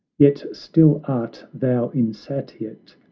yet still art thou insatiate,